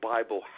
Bible